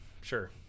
sure